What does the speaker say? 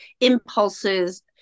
impulses